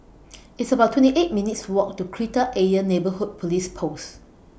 It's about twenty eight minutes' Walk to Kreta Ayer Neighbourhood Police Post